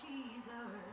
Jesus